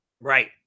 Right